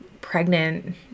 pregnant